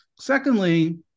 Secondly